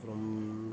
அப்புறம்